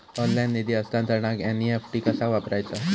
Online निधी हस्तांतरणाक NEFT कसा वापरायचा?